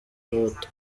itoto